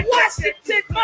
Washington